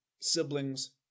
siblings